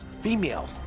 Female